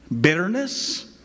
bitterness